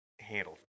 handled